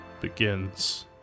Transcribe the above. begins